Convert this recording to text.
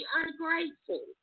ungrateful